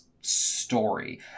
story